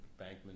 Bankman